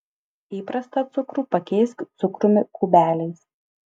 įprastą cukrų pakeisk cukrumi kubeliais